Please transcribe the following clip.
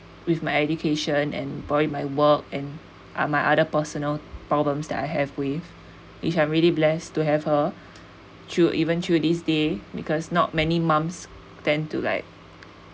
with my education and probably my work and my other personal problems that I have with which I'm really blessed to have her through even to through this day because not many mums tend to like